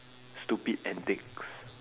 stupid antics